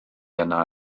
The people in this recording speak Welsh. yna